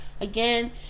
again